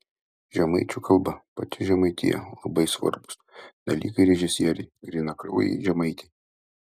žemaičių kalba pati žemaitija labai svarbūs dalykai režisierei grynakraujei žemaitei